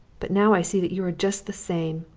but now i see that you are just the same,